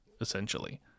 essentially